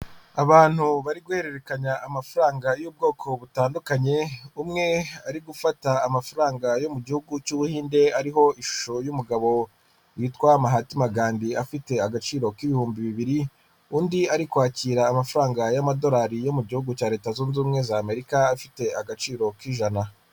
Abantu bari guhererekanya amafaranga y'ubwoko butandukanye, umwe ari gufata amafaranga yo mu gihugu cy'Ubuhinde ariho ishusho y'umugabo witwa Mahat Magadhi afite agaciro k'ibihumbi bibiri, undi ari kwakira amafaranga y'amadorari yo mu gihugu cya leta zunze ubumwe z' Amerika afite agaciro k'ijana.